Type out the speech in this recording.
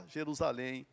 Jerusalém